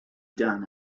done